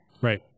right